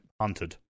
hunted